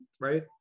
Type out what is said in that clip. right